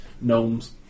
gnomes